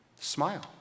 Smile